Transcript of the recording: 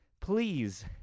please